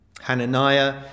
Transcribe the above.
Hananiah